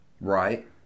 Right